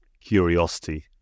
curiosity